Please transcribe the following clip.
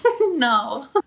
No